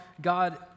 God